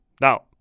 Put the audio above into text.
Now